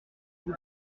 vous